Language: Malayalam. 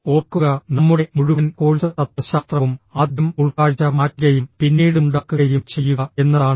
ഓർക്കുക നമ്മുടെ മുഴുവൻ കോഴ്സ് തത്വശാസ്ത്രവും ആദ്യം ഉൾക്കാഴ്ച മാറ്റുകയും പിന്നീട് ഉണ്ടാക്കുകയും ചെയ്യുക എന്നതാണ്